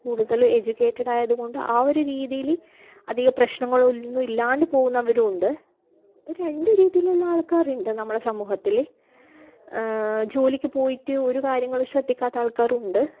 കൂടുതൽ എജ്യുക്കേറ്റഡ് ആയത് കൊണ്ട് ആ ഒരു രീതിയിൽ അധികം പ്രശ്നങ്ങളൊന്നും ഇല്ലാണ്ട് പോകുന്നവരുമുണ്ട് രണ്ട് രീതിയിലുള്ള ആൾക്കാരുണ്ട് നമ്മുടെ സമൂഹത്തിൽ ജോലിക്ക് പോയിട്ട് ഒരു കാര്യങ്ങളും ശ്രദ്ധിക്കാത്ത ആൾക്കാരുമുണ്ട്